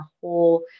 whole